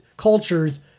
cultures